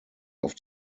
auf